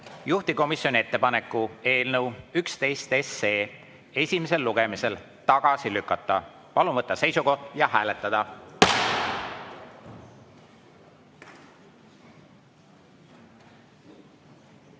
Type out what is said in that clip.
juhtivkomisjoni ettepaneku eelnõu 11 esimesel lugemisel tagasi lükata. Palun võtta seisukoht ja hääletada!